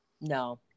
No